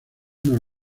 nos